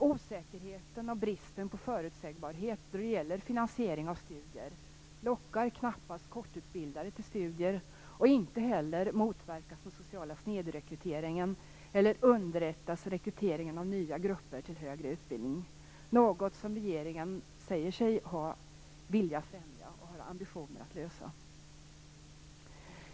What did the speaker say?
Osäkerheten och bristen på förutsägbarhet i finansieringen av studier lockar knappast kortutbildade till studier. Inte heller motverkas den sociala snedrekryteringen eller underlättas rekryteringen av nya grupper till högre utbildning. Detta är ju något som regeringen säger sig vilja främja och har ambitioner att göra.